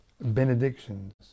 benedictions